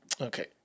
Okay